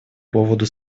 поводу